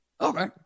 Okay